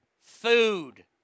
food